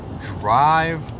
drive